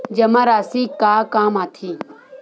जमा राशि का काम आथे?